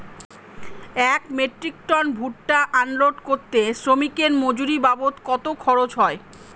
এক metric ton ভুট্টা unload করতে শ্রমিকের মজুরি বাবদ কত খরচ হয়?